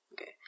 okay